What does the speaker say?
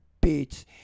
beats